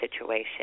situation